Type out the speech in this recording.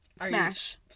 Smash